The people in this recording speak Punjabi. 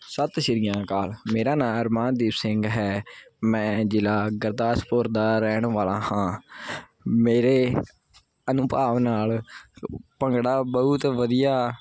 ਸਤਿ ਸ਼੍ਰੀ ਅਕਾਲ ਮੇਰਾ ਨਾਂ ਅਰਮਾਨਦੀਪ ਸਿੰਘ ਹੈ ਮੈਂ ਜ਼ਿਲ੍ਹਾ ਗੁਰਦਾਸਪੁਰ ਦਾ ਰਹਿਣ ਵਾਲਾ ਹਾਂ ਮੇਰੇ ਅਨੁਭਵ ਨਾਲ ਭੰਗੜਾ ਬਹੁਤ ਵਧੀਆ